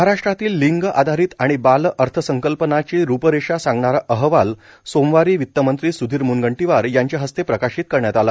महाराष्ट्रातील लिंग आधारित आणि बाल अर्थसंकल्पनाची रुपरेषा सांगणारा अहवाल सोमवारी वित्तमंत्री स्धीर म्नगंटीवार यांच्या हस्ते प्रकाशित करण्यात आला